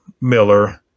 Miller